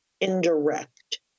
indirect